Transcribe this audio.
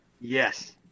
Yes